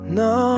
no